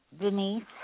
Denise